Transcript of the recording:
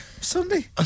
Sunday